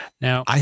Now